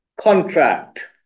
contract